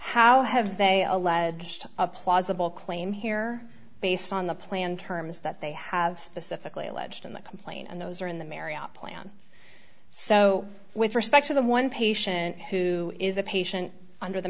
how have they alleged a plausible claim here based on the plan terms that they have specifically alleged in the complaint and those are in the mary out plan so with respect to the one patient who is a patient under the